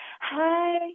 hi